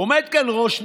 עומד כאן ראש הממשלה,